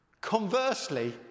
Conversely